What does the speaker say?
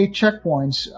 checkpoints